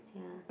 yeah